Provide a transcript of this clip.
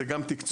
זה גם תקצוב.